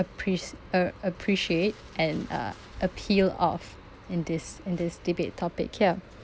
appreci~ uh appreciate and uh appeal of in this in this debate topic here